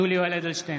יולי יואל אדלשטיין,